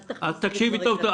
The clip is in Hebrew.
אל תכניס לי דברים לפה.